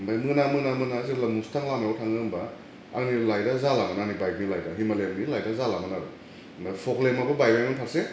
आमफाय मोना मोना मोना जेब्ला मुस्तां लामायाव थाङो होमबा आंनि लाइटआ जालामोन आंनि बाइकनि लाइटया हिमालयाननि लाइटया जालामोन आरो ओमफाय पक्लेमआबो बायबायमोन फारसे